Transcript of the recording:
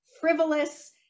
frivolous